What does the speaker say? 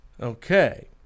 okay